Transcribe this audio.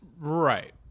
Right